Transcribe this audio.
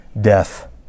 Death